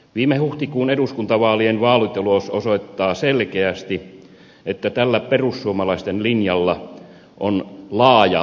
viime huhtikuun eduskuntavaalien vaalitulos osoittaa selkeästi että tällä perussuomalaisten linjalla on laaja kansan tuki